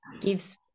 gives